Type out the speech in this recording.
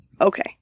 Okay